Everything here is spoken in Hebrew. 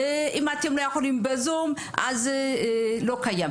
ואם אתם לא יכולים בזום אז לא קיים.